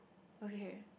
okay